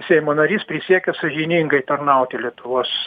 seimo narys prisiekė sąžiningai tarnauti lietuvos